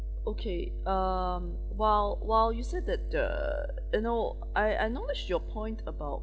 okay um while while you said that uh you know I acknowledge your point about